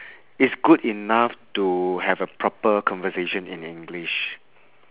is good enough to have a proper conversation in english